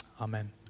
Amen